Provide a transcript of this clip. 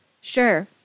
Sure